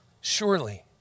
Surely